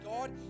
God